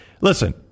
Listen